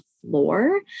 floor